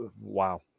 Wow